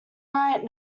right